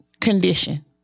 condition